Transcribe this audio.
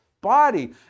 body